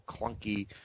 clunky